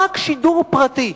רק שידור פרטי.